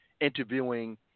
interviewing